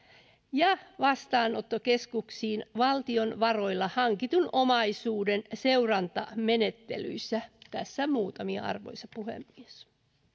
ja vastaanottokeskuksiin valtion varoilla hankitun omaisuuden seurantamenettelyissä tässä muutamia arvoisa puhemies